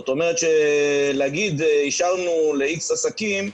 זאת אומרת שלהגיד אישרנו ל-X עסקים,